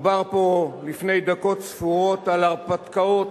דובר פה לפני דקות ספורות על ההרפתקאות,